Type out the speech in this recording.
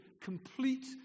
Complete